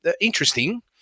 interesting